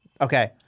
Okay